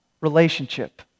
relationship